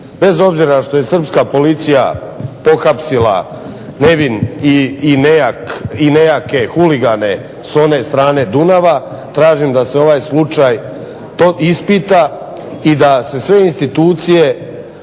bez obzira što je srpska policija pohapsila nevine i nejake huligane s one strane Dunava tražim da se ovaj slučaj ispita i da se sve institucije